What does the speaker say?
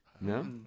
no